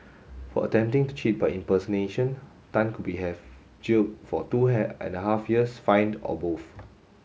for attempting to cheat by impersonation Tan could be have jailed for two and a half years fined or both